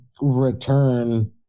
return